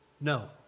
no